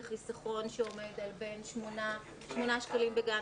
זה חסכון שעומד על בין שמונה שקלים בגן